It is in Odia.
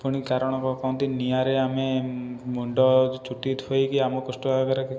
ପୁଣି କାରଣ କହନ୍ତି ନିଆଁରେ ଆମେ ମୁଣ୍ଡ ଚୁଟି ଧୋଇକି ଆମ କୋଷ୍ଠ ଭାବରେ